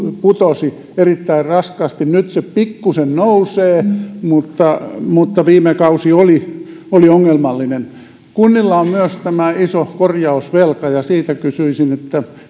putosi erittäin raskaasti nyt se pikkuisen nousee mutta mutta viime kausi oli oli ongelmallinen kunnilla on myös iso korjausvelka ja siitä kysyisin